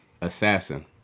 Assassin